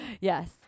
Yes